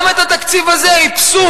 גם את התקציב הזה איפסו.